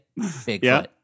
Bigfoot